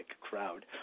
crowd